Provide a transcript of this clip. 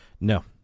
No